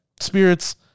Spirits